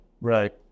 right